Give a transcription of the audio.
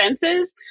fences